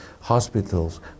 hospitals